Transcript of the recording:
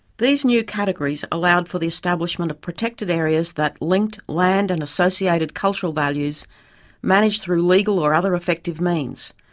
these new categories allowed for the establishment of protected areas that linked land and associated cultural values managed through legal or other effective means.